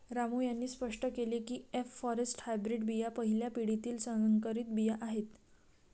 रामू यांनी स्पष्ट केले की एफ फॉरेस्ट हायब्रीड बिया पहिल्या पिढीतील संकरित बिया आहेत